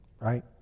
Right